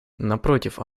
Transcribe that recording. напротив